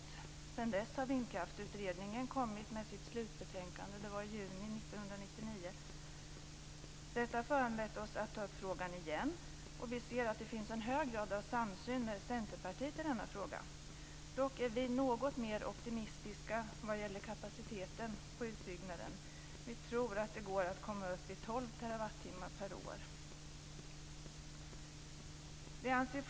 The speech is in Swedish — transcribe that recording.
Sedan dess har Vindkraftsutredningen kommit med sitt slutbetänkande - i juni 1999. Detta har föranlett oss att ta upp frågan igen. Vi ser att det i hög grad finns en samsyn med Centerpartiet i frågan. Dock är vi något mer optimistiska vad gäller kapaciteten på utbyggnaden. Vi tror att det går att komma upp i 12 terawattimmar per år.